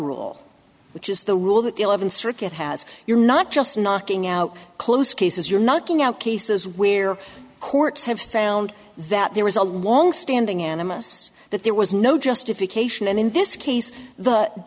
rule which is the rule that the eleventh circuit has you're not just knocking out close cases you're knocking out cases where courts have found that there was a long standing animous that there was no justification and in this case